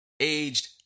Aged